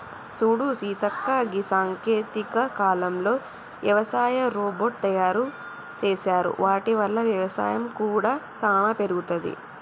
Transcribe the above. సూడు సీతక్క గీ సాంకేతిక కాలంలో యవసాయ రోబోట్ తయారు సేసారు వాటి వల్ల వ్యవసాయం కూడా సానా పెరుగుతది